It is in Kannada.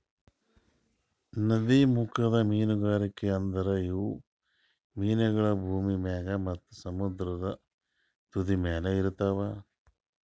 ನದೀಮುಖದ ಮೀನುಗಾರಿಕೆ ಅಂದುರ್ ಇವು ಮೀನಗೊಳ್ ಭೂಮಿ ಮ್ಯಾಗ್ ಮತ್ತ ಸಮುದ್ರದ ತುದಿಮ್ಯಲ್ ಇರ್ತಾವ್